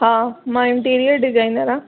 हा मां interior designer आहियां